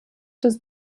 des